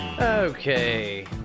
okay